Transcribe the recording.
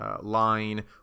line